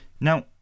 now